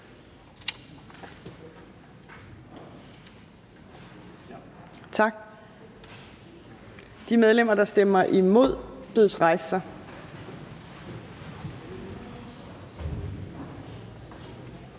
Tak. De medlemmer, der stemmer imod, bedes rejse sig.